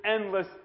endless